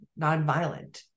nonviolent